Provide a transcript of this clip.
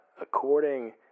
According